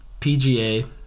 PGA